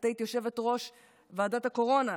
את היית יושבת-ראש ועדת הקורונה,